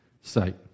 sight